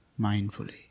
mindfully